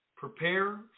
Prepare